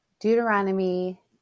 Deuteronomy